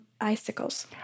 Icicles